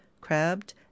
crabbed